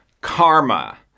karma